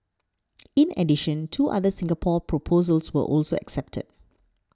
in addition two other Singapore proposals were also accepted